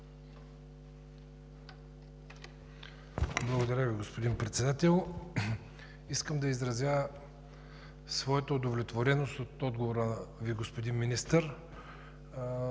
Благодаря Ви, господин Председател. Искам да изразя своята удовлетвореност от отговора Ви, господин Министър,